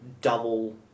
double